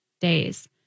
days